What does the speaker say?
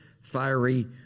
fiery